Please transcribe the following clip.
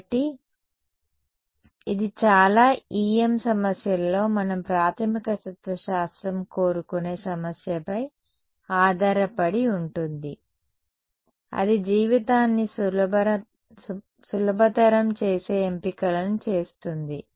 కాబట్టి ఇది చాలా EM సమస్యలలో మనం ప్రాథమిక తత్వశాస్త్రం కోరుకునే సమస్యపై ఆధారపడి ఉంటుంది అది జీవితాన్ని సులభతరం చేసే ఎంపికలను చేస్తుంది